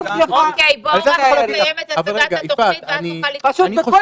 אני חושב שאין